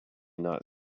not